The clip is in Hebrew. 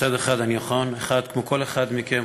מצד אחד אני כמו כל אחד מכם,